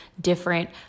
different